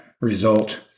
result